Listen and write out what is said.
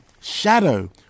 shadow